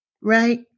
right